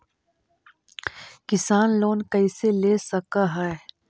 किसान लोन कैसे ले सक है?